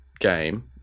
game